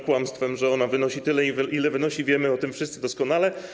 Kłamstwem jest to, że ona wynosi tyle, ile wynosi, i wiemy o tym wszyscy doskonale.